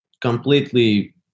completely